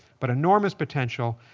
but enormous potential.